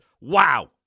wow